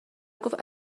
گفت